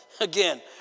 again